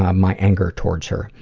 ah my anger towards her.